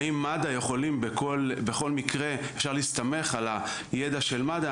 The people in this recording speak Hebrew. האם מד"א יכולים בכל מקרה אפשר להסתמך על הידע של מד"א,